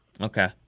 Okay